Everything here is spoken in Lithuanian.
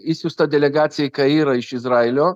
išsiųsta delegacija į kairą iš izraelio